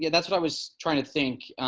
yeah that's what i was trying to think